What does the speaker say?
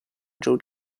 joe